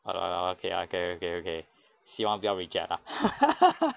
o~ okay okay okay okay 希望不要 reject lah